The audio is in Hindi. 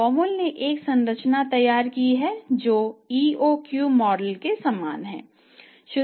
Baumol ने एक संरचना तैयार की है जो EOQ मॉडल के समान है